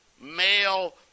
male